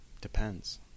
depends